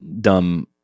dumb